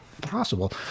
possible